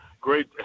Great